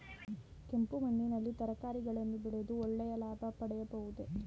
ಕೆಂಪು ಮಣ್ಣಿನಲ್ಲಿ ತರಕಾರಿಗಳನ್ನು ಬೆಳೆದು ಒಳ್ಳೆಯ ಲಾಭ ಪಡೆಯಬಹುದೇ?